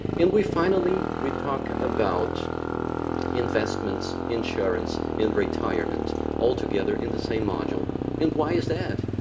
and we finally we talk about investments insurance and retirement all together in the same module and why is that?